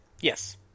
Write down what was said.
Yes